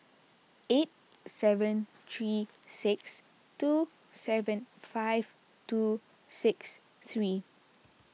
eight seven three six two seven five two six three